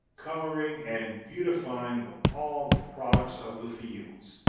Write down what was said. coloring and beautifying of all the products of the fields.